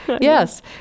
Yes